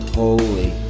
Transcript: holy